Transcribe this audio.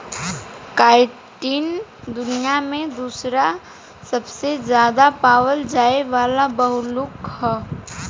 chitin दुनिया में दूसरा सबसे ज्यादा पावल जाये वाला बहुलक ह